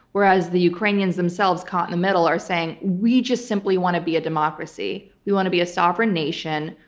whereas, the ukrainians themselves caught in the middle are saying, we just simply want to be a democracy. we want to be a sovereign nation.